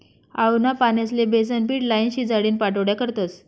आळूना पानेस्ले बेसनपीट लाईन, शिजाडीन पाट्योड्या करतस